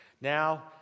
Now